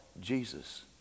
Jesus